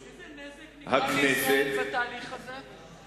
איזה נזק נגרם לישראל בתהליך הזה?